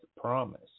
promise